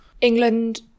England